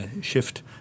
shift